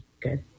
good